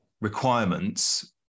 requirements